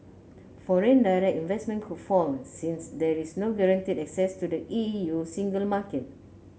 foreign direct investment could fall since there is no guaranteed access to the E U single market